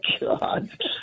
god